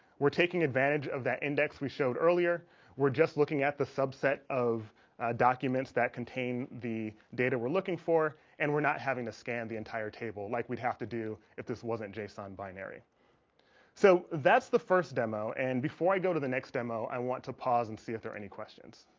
we're taking advantage of that index. we showed earlier we're just looking at the subset of documents that contain the data we're looking for and we're not having to scan the entire table like we'd have to do if this wasn't json binary so that's the first demo and before i go to the next demo. i want to pause and see if there any questions